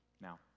Now